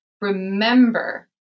remember